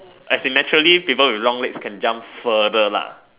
as in naturally people with long legs can jump further lah